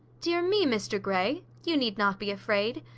dear me, mr grey! you need not be afraid.